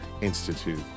Institute